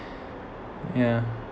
ya